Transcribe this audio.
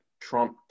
Trump